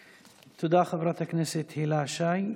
תודה, חברת הכנסת הילה שי.